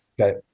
Okay